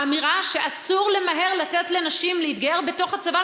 האמירה שאסור למהר לתת לנשים להתגייר בתוך הצבא,